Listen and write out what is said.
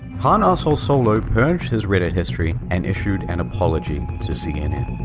hanassholesolo purged his reddit history and issued an apology to cnn.